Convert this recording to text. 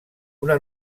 una